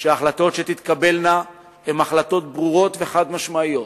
שההחלטות שתתקבלנה יהיו החלטות ברורות וחד-משמעיות